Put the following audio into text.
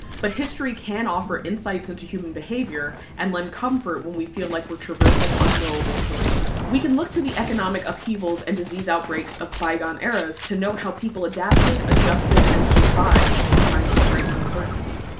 but history can offer insights into human behavior and lend comfort when we feel like we're traversing unknowable terrains. we can look to the economic upheavals and disease outbreaks of bygone eras to note how people adapted, adjusted and survived in times of great uncertainty.